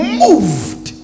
moved